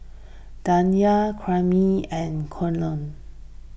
Danyel Karyme and Keion